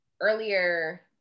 earlier